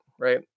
right